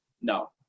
No